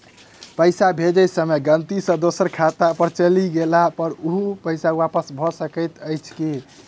पैसा भेजय समय गलती सँ दोसर खाता पर चलि गेला पर ओ पैसा वापस भऽ सकैत अछि की?